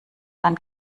dann